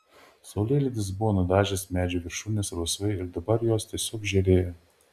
saulėlydis buvo nudažęs medžių viršūnes rausvai ir dabar jos tiesiog žėrėjo